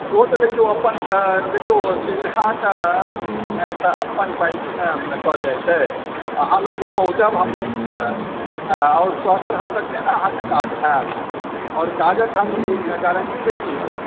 ओ तऽ देखिऔ अपन देखिऔ सुविधाके तऽ अपन प्रयत्न ने कहल जाइत छै अहाँ लग जे पहुँचब हम नीकसंँ तऽ आओर स्वस्थ रहब तखने ने अहाँकेँ काज होयत आओर काजके हम ई गारण्टी दै छी